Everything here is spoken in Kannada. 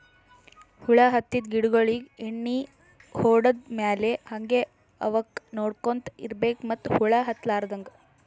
ಹುಳ ಹತ್ತಿದ್ ಗಿಡಗೋಳಿಗ್ ಎಣ್ಣಿ ಹೊಡದ್ ಮ್ಯಾಲ್ ಹಂಗೆ ಅವಕ್ಕ್ ನೋಡ್ಕೊಂತ್ ಇರ್ಬೆಕ್ ಮತ್ತ್ ಹುಳ ಹತ್ತಲಾರದಂಗ್